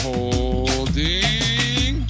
Holding